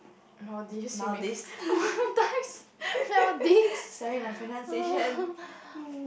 oh did you see me Maldives Maldives